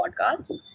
podcast